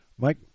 Mike